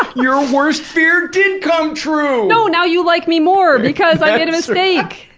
your worst fear did come true! no! now you like me more, because i made a mistake!